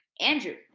Andrew